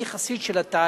אני חסיד של התהליך,